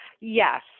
yes